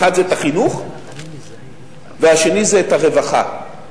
אחד זה החינוך והשני זה הרווחה,